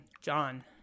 John